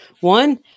One